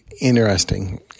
interesting